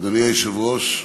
אדוני היושב-ראש,